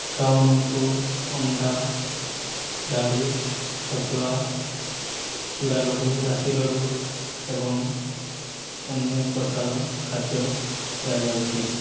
ଛୁଆମାନଙ୍କୁ ଅଣ୍ଡା ଡାଲି ଛତୁଆ ଚୂଡ଼ା ଲଡ଼ୁ ରାଶି ଲଡ଼ୁ ଏବଂ ଅନେକ ପ୍ରକାର ଖାଦ୍ୟ ଦିଆଯାଉଛି